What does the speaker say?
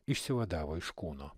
išsivadavo iš kūno